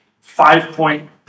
five-point